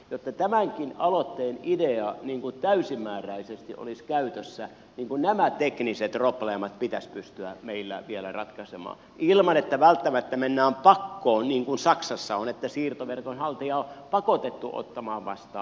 jotta tämänkin aloitteen idea täysimääräisesti olisi käytössä nämä tekniset probleemat pitäisi pystyä meillä vielä ratkaisemaan ilman että välttämättä mennään pakkoon niin kuin saksassa on että siirtoverkon haltija on pakotettu ottamaan vastaan